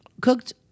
cooked